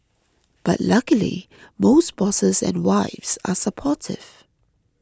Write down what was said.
but luckily most bosses and wives are supportive